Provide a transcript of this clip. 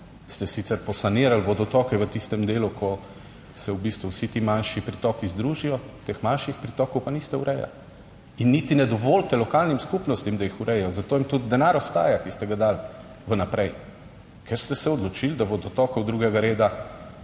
ste sicer posanirali vodotoke v tistem delu, ko se v bistvu vsi ti manjši pritoki združijo, teh manjših pritokov pa niste urejali in niti ne dovolite lokalnim skupnostim, da jih urejajo. Zato jim tudi denar ostaja, ki ste ga dali v naprej, ker ste se odločili, da vodotokov drugega reda